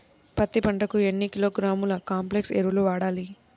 పత్తి పంటకు ఎన్ని కిలోగ్రాముల కాంప్లెక్స్ ఎరువులు వాడాలి?